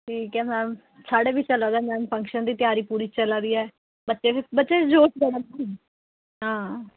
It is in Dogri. ठीक ऐ मैम साढ़े बी चला दा मैम फंक्शन दी त्यारी पूरी चला दी ऐ बच्चे बी बच्चे जोश बड़ा हां